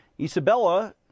Isabella